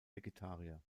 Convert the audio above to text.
vegetarier